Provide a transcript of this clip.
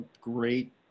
great